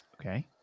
Okay